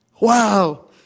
wow